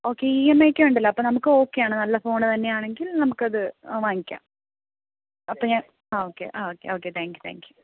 okay ഇ എം ഐയൊക്കെ ഉണ്ടല്ലോ അപ്പം നമുക്ക് ഓക്കെയാണ് നല്ല ഫോണ് തന്നെയാണെങ്കിൽ നമുക്ക് അത് വാങ്ങിക്കാം അപ്പം ഞാൻ ഓക്കെ ആ okay okay thank you thank U